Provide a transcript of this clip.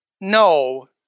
no